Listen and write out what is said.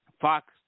Fox